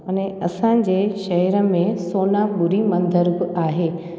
अने असांजे शहर में सोनापुरी मंदर बि आहे